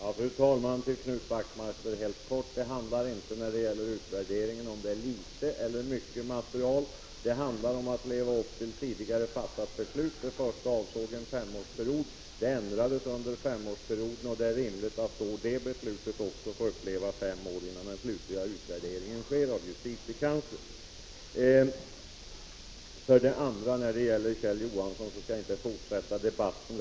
Fru talman! Helt kort till Knut Wachtmeister: När det gäller utvärderingen handlar det inte om att det finns litet eller mycket material — det handlar om att leva upp till tidigare fattade beslut. Det gällde först en femårsperiod. Under den perioden beslöts om ändringar, och det är rimligt att också de besluten får gälla en femårsperiod innan den slutliga utvärderingen sker av justitiekanslern. När det gäller Kjell Johansson skall jag inte fortsätta debatten.